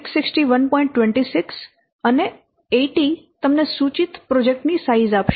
26 અને 80 તમને સૂચિત પ્રોજેક્ટ ની સાઈઝ આપશે